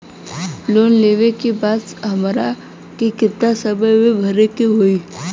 Loan लेवे के बाद हमरा के कितना समय मे भरे के होई?